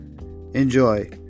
Enjoy